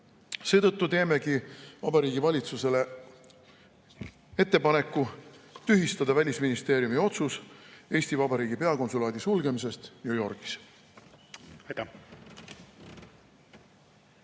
Seetõttu teemegi Vabariigi Valitsusele ettepaneku tühistada Välisministeeriumi otsus Eesti Vabariigi peakonsulaadi sulgemise kohta New Yorgis.